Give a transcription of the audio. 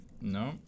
No